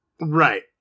right